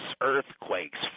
earthquakes